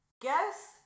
Guess